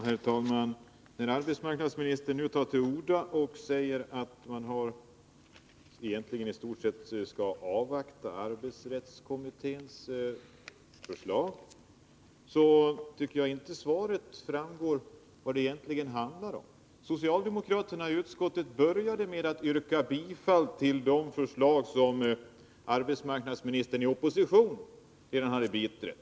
Herr talman! När arbetsmarknadsministern nu tar till orda och säger att manistort sett skall avvakta arbetsrättskommitténs förslag, så tycker jag inte att det av svaret framgår vad det egentligen handlar om. Socialdemokraterna i utskottet började med att yrka bifall till de förslag som arbetsmarknadsministern i opposition redan hade biträtt.